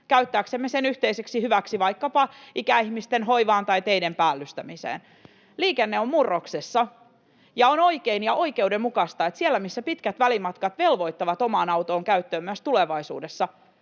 käyttääksemme ne yhteiseksi hyväksi vaikkapa ikäihmisten hoivaan tai teiden päällystämiseen. Liikenne on murroksessa, ja on oikein ja oikeudenmukaista, että siellä, missä pitkät välimatkat velvoittavat oman auton käyttöön myös tulevaisuudessa,